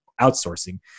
outsourcing